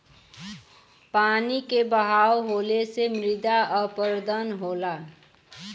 पानी क बहाव होले से मृदा अपरदन होला